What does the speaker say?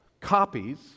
copies